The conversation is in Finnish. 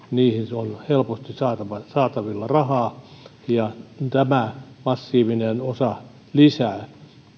niihin on helposti saatavilla saatavilla rahaa ja tämä passivoi osaa lisää